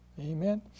Amen